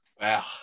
wow